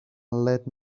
let